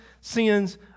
sins